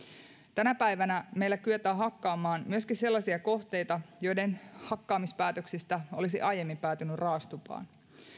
tänä päivänä meillä kyetään hakkaamaan myöskin sellaisia kohteita joiden hakkaamispäätöksistä olisi aiemmin päätynyt raastupaan